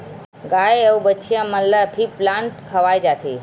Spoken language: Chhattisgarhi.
गाय अउ बछिया मन ल फीप्लांट खवाए जाथे